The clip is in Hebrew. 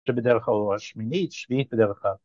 ‫שבדרך או השמינית שביעית בדרך כלל.